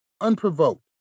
unprovoked